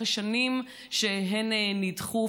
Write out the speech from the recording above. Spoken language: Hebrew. אחרי שנים שהן נדחו,